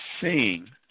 seeing